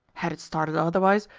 had it started otherwise,